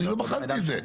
אני לא בחנתי את זה.